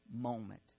moment